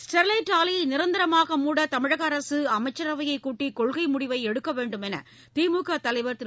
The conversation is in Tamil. ஸ்டெர்லைட் ஆலைய நிரந்தரமாக மூட தமிழக அரசு அமைச்சரவையை கூட்டி கொள்கை முடிவை எடுக்க வேண்டும் என்று திமுக தலைவர் திரு